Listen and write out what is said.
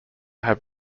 have